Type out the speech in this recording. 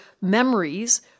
memories